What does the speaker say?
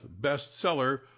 bestseller